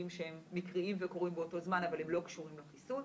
שהם מקריים וקורים באותו זמן אבל הם לא קשורים לחיסון.